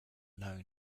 known